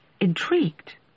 intrigued